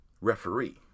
referee